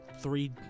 three